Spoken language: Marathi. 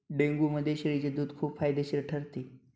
डेंग्यूमध्ये शेळीचे दूध खूप फायदेशीर ठरते